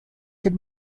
can